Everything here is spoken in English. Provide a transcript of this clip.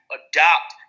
adopt